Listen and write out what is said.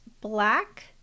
black